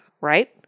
right